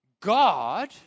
God